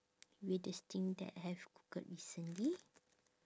weirdest thing that have googled recently